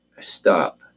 stop